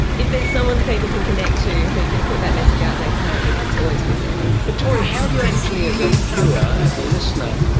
if there's someone people can connect to who can put that message out there coherently, it's always a good thing. but tory, how do you actually as a viewer, as a listener,